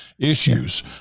issues